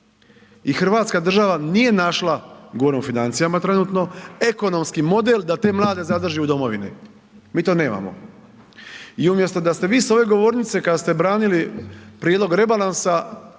i Hrvatska država nije našla, govorim o financijama trenutno, ekonomski model da te mlade zadrži u domovini. Mi to nemamo. I umjesto da ste vi s ove govornice kad ste branili prijedlog rebalansa,